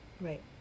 Right